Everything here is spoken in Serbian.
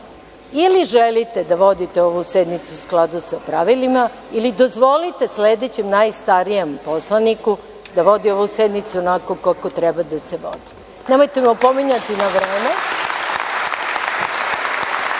ili želite da vodite ovu sednicu u skladu sa pravilima ili dozvolite sledećem najstarijem poslaniku da vodi ovu sednicu onako kako treba da se vodi.(Nataša Vučković, s